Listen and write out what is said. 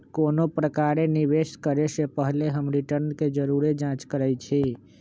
कोनो प्रकारे निवेश करे से पहिले हम रिटर्न के जरुरे जाँच करइछि